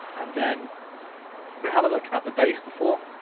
and then, we have a look at the bass before,